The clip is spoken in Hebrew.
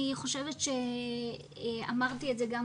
אני חושבת שאמרתי את זה גם